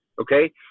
Okay